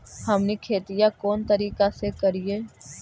हमनी खेतीया कोन तरीका से करीय?